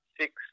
six